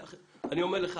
אני אומר לך,